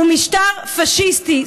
הוא משטר פאשיסטי.